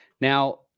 Now